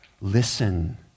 Listen